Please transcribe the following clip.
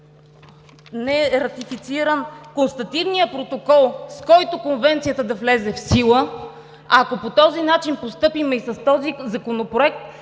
не е ратифициран констативният протокол, с който Конвенцията да влезе в сила, ако постъпим по този начин и с този Законопроект…